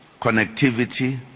connectivity